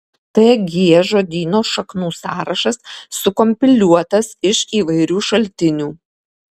tg žodyno šaknų sąrašas sukompiliuotas iš įvairių šaltinių